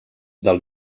del